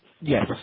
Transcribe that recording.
Yes